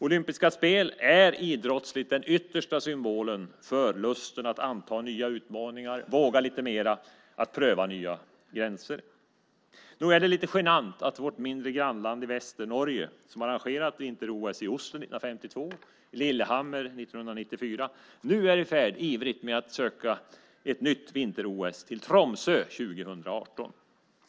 Olympiska spel är idrottsligt den yttersta symbolen för lusten att anta nya utmaningar, våga lite mer, pröva nya gränser. Nog är det lite genant att vårt mindre grannland i väster, Norge, som arrangerade vinter-OS i Oslo 1952 och i Lillehammer 1994 nu ivrigt är i färd med att söka ett nytt vinter-OS till Tromsö 2018.